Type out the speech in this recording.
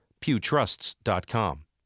pewtrusts.com